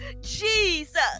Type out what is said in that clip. jesus